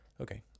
Okay